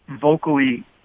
vocally